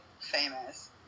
famous